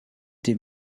dem